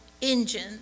engine